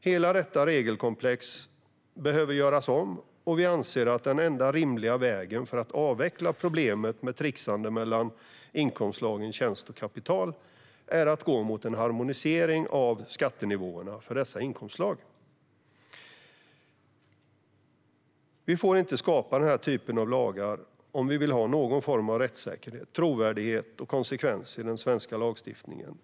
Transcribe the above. Hela detta regelkomplex måste göras om, och vi anser att den enda rimliga vägen för att avveckla problemet med trixande mellan inkomstslagen tjänst och kapital är att gå mot en harmonisering av skattenivåerna för dessa inkomstslag. Vi får inte skapa den här typen av lagar om vi vill ha någon form av rättssäkerhet, trovärdighet och konsekvens i den svenska lagstiftningen.